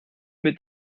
mit